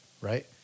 right